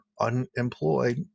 unemployed